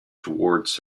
towards